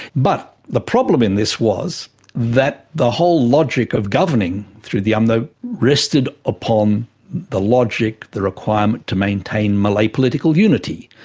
but the problem in this was that the whole logic of governing through the um umno rested upon the logic, the requirement to maintain malay political unity.